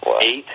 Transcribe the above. Eight